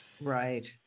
Right